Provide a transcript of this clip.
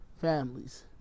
families